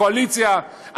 קואליציה.